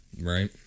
Right